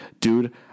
Dude